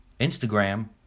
Instagram